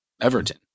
Everton